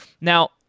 Now